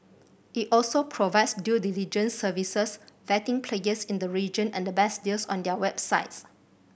it also provides due diligence services vetting players in the region and the best deals on their websites